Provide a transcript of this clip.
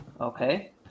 Okay